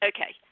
Okay